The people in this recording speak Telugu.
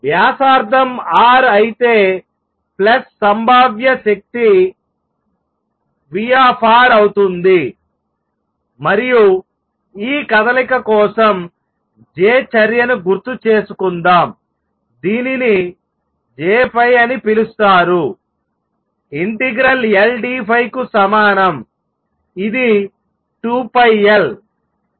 వ్యాసార్థం R అయితే ప్లస్ సంభావ్య శక్తి V అవుతుంది మరియు ఈ కదలిక కోసం J చర్యను గుర్తుచేసుకుందాం దీనిని J అని పిలుస్తారు ∫Ldϕ కు సమానం ఇది 2πL